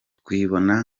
twibona